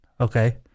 Okay